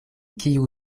kiu